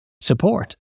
support